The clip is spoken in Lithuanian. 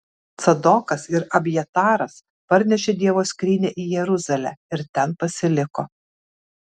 cadokas ir abjataras parnešė dievo skrynią į jeruzalę ir ten pasiliko